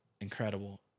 incredible